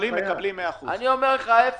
אני לא יודע מי מפריע לי לדבר.